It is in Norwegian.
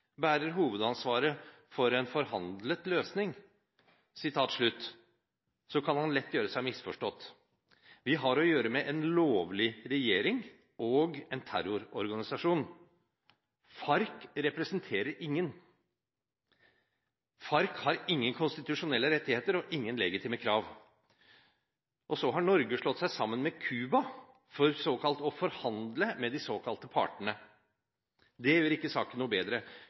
bærer hovedansvaret for å finne en forhandlet løsning», kan han lett bli misforstått. Vi har å gjøre med en lovlig regjering og en terrororganisasjon – FARC representerer ingen. FARC har ingen konstitusjonelle rettigheter og ingen legitime krav. Norge har slått seg sammen med Cuba for såkalt å forhandle med de såkalte partene. Det gjør ikke saken noe bedre.